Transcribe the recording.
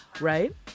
right